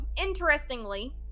interestingly